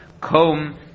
comb